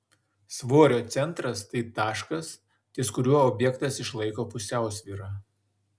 svorio centras tai taškas ties kuriuo objektas išlaiko pusiausvyrą